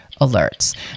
alerts